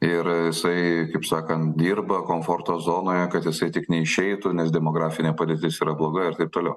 ir jisai kaip sakant dirba komforto zonoje kad jisai tik neišeitų nes demografinė padėtis yra bloga ir taip toliau